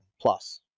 plus